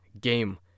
game